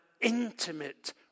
intimate